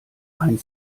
ein